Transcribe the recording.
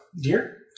dear